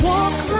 Walk